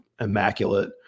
immaculate